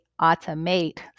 automate